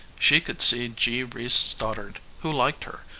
she could see g. reece stoddard, who liked her,